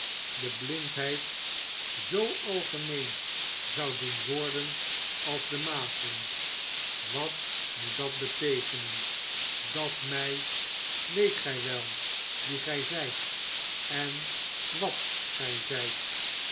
de blindheid zoo algemeen zou doen worden als de mazelen wat moet dat beteekenen dat mij weet gij wel wie gij zijt en wat gij zijt